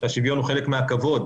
שהשוויון הוא חלק מהכבוד.